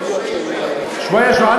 שוואיה, שוואיה.